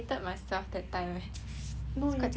it's quite jialat